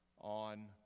on